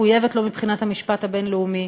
מחויבת לו מבחינת המשפט הבין-לאומי,